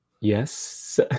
Yes